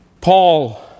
Paul